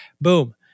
Boom